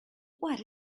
what